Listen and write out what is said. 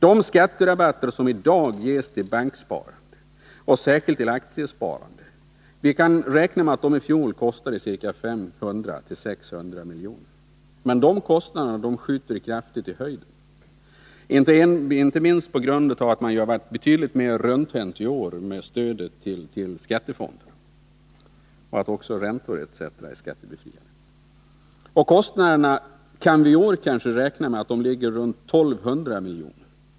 De skatterabatter som ges till banksparande och särskilt till aktiesparande kostade i fjol 500-600 miljoner. Men kostnaderna skjuter kraftigt i höjden, inte minst på grund av att man i år varit betydligt mer rundhänt med stödet till skattefonderna och på grund av att också räntor etc. är skattebefriade. Vi kan räkna med att kostnaderna i år ligger runt 1200 miljoner.